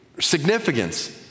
significance